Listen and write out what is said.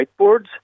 whiteboards